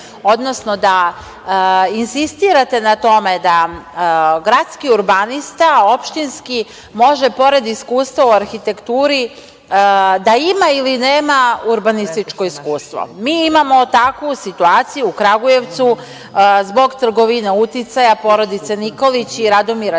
odnosno da insistirate na tome da gradski urbanista, opštinski može pored iskustva u arhitekturi da ima ili nema urbanističko iskustvo. Mi imamo takvu situaciju u Kragujevcu zbog trgovine uticaja porodice Nikolić i Radomira